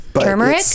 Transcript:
Turmeric